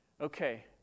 Okay